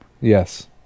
Yes